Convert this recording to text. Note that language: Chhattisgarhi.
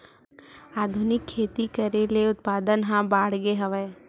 आधुनिक खेती करे ले उत्पादन ह बाड़गे हवय